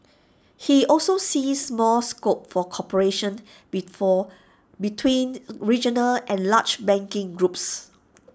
he also sees more scope for cooperation before between regional and large banking groups